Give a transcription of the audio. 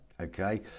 Okay